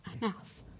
enough